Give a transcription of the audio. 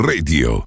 Radio